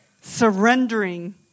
surrendering